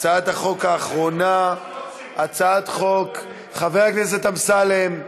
הצעת החוק האחרונה, חבר הכנסת אמסלם,